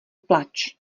plač